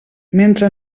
mentre